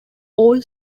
all